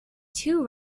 two